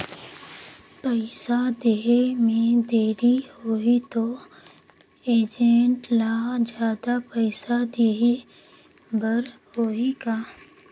पइसा देहे मे देरी होही तो एजेंट ला जादा पइसा देही बर होही का?